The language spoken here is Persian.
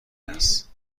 است